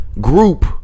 group